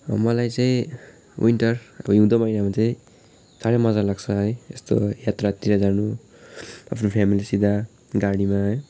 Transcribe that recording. अब मलाई चाहिँ विन्टर हिउँद महिनामा चाहिँ साह्रै मजा लाग्छ है यस्तो यात्रातिर जानु आफ्नो फेमिलीसित गाडीमा है